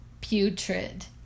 putrid